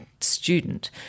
student